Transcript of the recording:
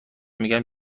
میگم